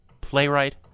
playwright